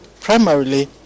primarily